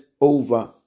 over